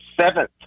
seventh